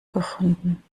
gefunden